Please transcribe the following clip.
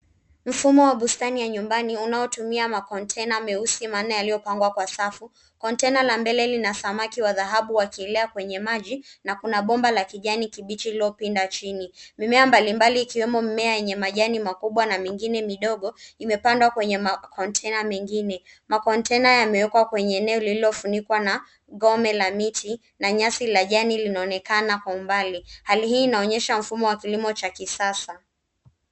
Hili ni bustani ya nyumbani iliyopangwa kwa kutumia makontena yaliyopangwa kwa safu. Kontena moja lina samaki wakubwa wa rangi ya dhahabu wakiwa kwenye maji, huku bomba la kijani kibichi likipinda chini. Mimea mbalimbali, ikiwemo ile yenye majani makubwa na mingine midogo, imepandwa kwenye makontena mengine. Makontena mengine yamewekwa kwenye nafasi ya juu na yanajumuisha miti midogo na nyasi, ikionekana kwa mbali. Hali hii inaonyesha bustani iliyopangwa kwa mtindo wa kisasa.